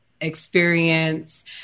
experience